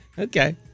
Okay